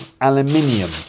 aluminium